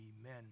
Amen